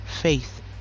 faith